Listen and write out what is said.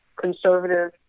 conservative